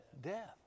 Death